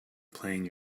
playing